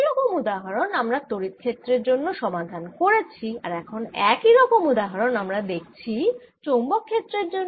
এই রকম উদাহরণ আমরা তড়িৎ ক্ষেত্রের জন্য সমাধান করেছি আর এখন একই রকম উদাহরণ আমরা দেখছি চৌম্বক ক্ষেত্রের জন্য